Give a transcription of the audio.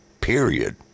period